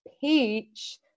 peach